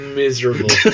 miserable